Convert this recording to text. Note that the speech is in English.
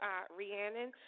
Rhiannon